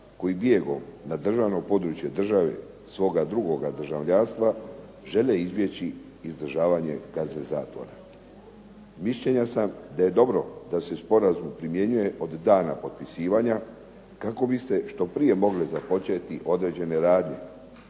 koji bijegom na državno područje države svoga drugoga državljanstva žele izbjeći izdržavanje kazne zatvora. Mišljenja sam da je dobro da se sporazum primjenjuje od dana potpisivanja kako bi se što prije mogle započeti određene radnje.